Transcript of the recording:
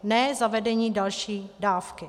Ne zavedení další dávky.